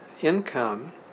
income